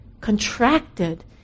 contracted